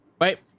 Right